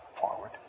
forward